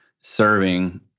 serving